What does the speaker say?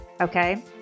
okay